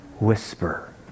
whisper